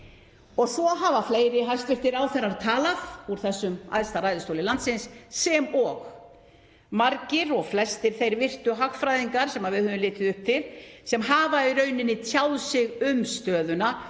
og svo hafa fleiri hæstv. ráðherrar talað úr þessum æðsta ræðustóli landsins sem og margir og flestir þeir virtu hagfræðingar sem við höfum litið upp til sem hafa í rauninni tjáð sig um stöðuna og